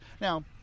Now